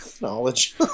knowledge